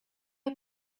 are